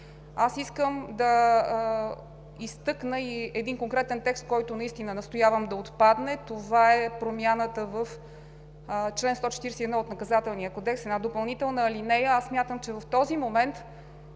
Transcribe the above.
Аз искам да изтъкна и един конкретен текст, който настоявам да отпадне. Това е промяната в чл. 141 от Наказателния кодекс, една допълнителна алинея. Смятам, че в този момент